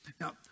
Now